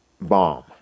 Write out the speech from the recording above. bomb